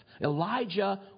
elijah